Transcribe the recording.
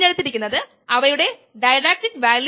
ഉൽപ്പന്നം രൂപപ്പെടാൻ പോകുന്നു